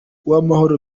uwamahoro